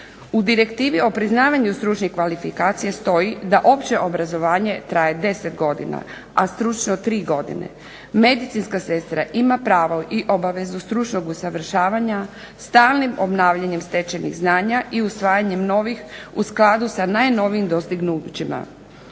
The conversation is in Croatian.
U direktivi o priznavanju stručnih kvalifikacija stoji da opće obrazovanje traje 10 godina a stručno tri godine. Medicinska sestra ima pravo i obavezu stručnog usavršavanja stalnim obnavljanjem stečenih znanja i usvajanjem novih u skladu sa najnovijim dostignućima.